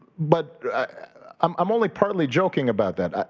but um i'm only partly joking about that.